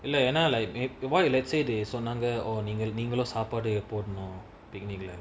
இல்லஎனா:illana like they why they சொன்னாங்க:sonnanga let's say they நீங்களும்சாப்பாடுபோடணும்:neengalum sapadu podanum more picnic lah